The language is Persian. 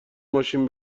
ماشین